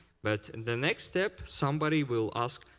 but and the next step somebody will ask,